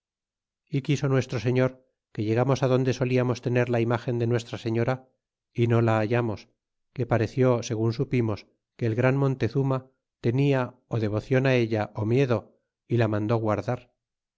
e quiso nuestro señor que llegarnos adonde soltamos tener la imagen de nuestra señora y no la hallamos que pareció segun supimos que el gran montezuma tenia devoclon en ella ó miedo y la mandó guardar